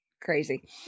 crazy